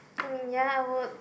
I mean ya I would